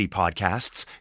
podcasts